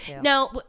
Now